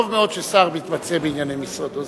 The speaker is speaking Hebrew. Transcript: טוב מאוד ששר מתמצא בענייני משרדו.